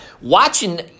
watching